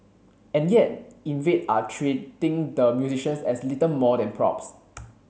and yet Invade are treating the musicians as little more than props